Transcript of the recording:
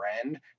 friend